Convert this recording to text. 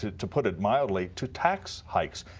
to to put it mildly, to tax hikes,